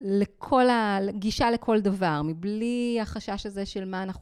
לגישה לכל דבר, מבלי החשש הזה של מה אנחנו